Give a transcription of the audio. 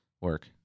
work